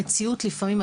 המציאות לפעמים,